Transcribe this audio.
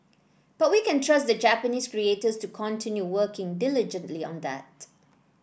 but we can trust the Japanese creators to continue working diligently on that